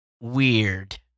weird